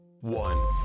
one